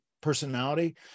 personality